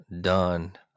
done